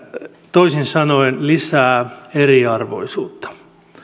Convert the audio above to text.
toisin sanoen lisää eriarvoisuutta